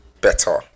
better